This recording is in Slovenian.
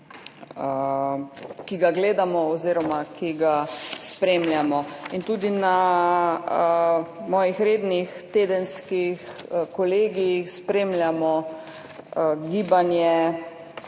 ki ga gledamo oziroma ki ga spremljamo in tudi na mojih rednih tedenskih kolegijih spremljamo gibanje